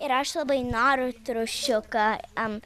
ir aš labai noriu triušiuką an